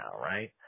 right